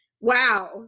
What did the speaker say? wow